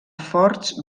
forts